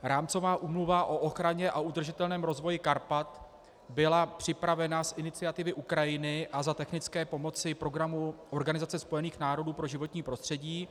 Rámcová úmluva o ochraně a udržitelném rozvoji Karpat byla připravena z iniciativy Ukrajiny a za technické pomoci programu Organizace spojených národů pro životní prostředí.